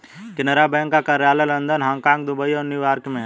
Canara bank का कार्यालय London Hong Kong Dubai और न्यू यॉर्क में है